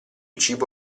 cibo